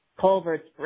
culverts